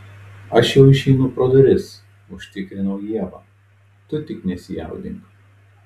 aš jau išeinu pro duris užtikrinau ievą tu tik nesijaudink